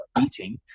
eating